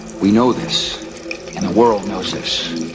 we know this and the world knows this.